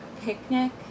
picnic